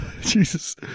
Jesus